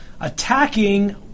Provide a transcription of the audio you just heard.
attacking